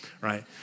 right